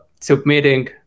submitting